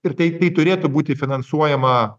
ir tai tai turėtų būti finansuojama